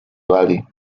valley